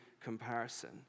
comparison